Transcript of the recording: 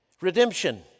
Redemption